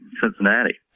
Cincinnati